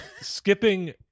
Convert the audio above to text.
Skipping